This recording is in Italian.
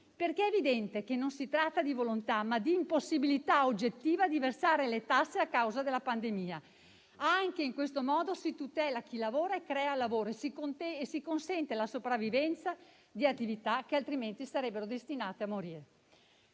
evidente infatti che non si tratta di volontà, ma di impossibilità oggettiva di versare le tasse a causa della pandemia. Anche in questo modo si tutela chi lavora e crea lavoro e si consente la sopravvivenza di attività che altrimenti sarebbero destinate a morire.